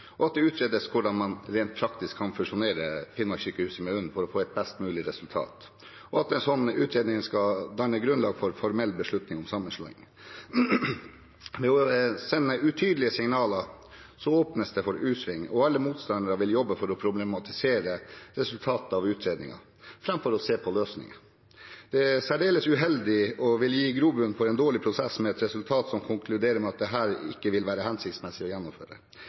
at det utredes hvordan man rent praktisk kan fusjonere Finnmarkssykehuset med UNN for å få et best mulig resultat, og at en slik utredning skal danne grunnlaget for en formell beslutning om sammenslåing. Ved å sende utydelige signaler åpnes det for u-sving, og alle motstandere vil jobbe for å problematisere resultatene av utredningen framfor å se på løsningen. Det er særdeles uheldig og vil gi grobunn for en dårlig prosess, med et resultat som konkluderer med at dette ikke vil være hensiktsmessig å gjennomføre.